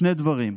שני דברים: